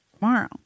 tomorrow